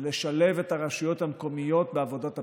ולשלב את הרשויות המקומיות בעבודות הפיתוח.